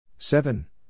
Seven